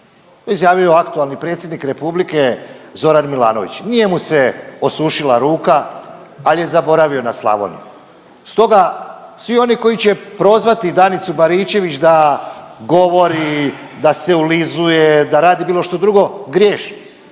izjavio aktualni predsjednik Republike Zoran Milanović. Nije mu se osušila ruka, ali je zaboravio na Slavoniju. Stoga svi oni koji će prozvati Danicu Baričević da govori, da se ulizuje, da radi bilo što drugo, griješe.